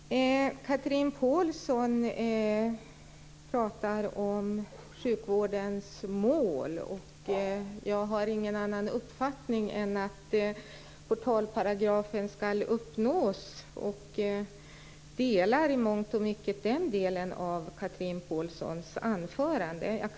Fru talman! Chatrine Pålsson pratade om sjukvårdens mål. Jag har ingen annan uppfattning än att målen i portalpragrafen ska uppnås. Jag delar i mångt och mycket den delen av Chatrine Pålssons anförande.